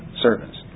servants